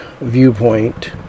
viewpoint